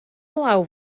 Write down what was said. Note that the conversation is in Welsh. glaw